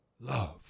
love